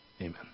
Amen